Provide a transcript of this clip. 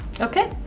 Okay